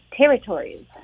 territories